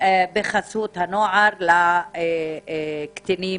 בחסות הנוער לקטינים,